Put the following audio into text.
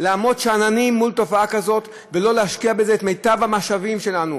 לעמוד שאננים מול תופעה כזאת ולא להשקיע בזה את מיטב המשאבים שלנו.